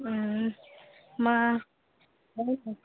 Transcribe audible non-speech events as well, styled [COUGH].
ᱢᱟ [UNINTELLIGIBLE]